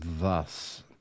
thus